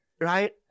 Right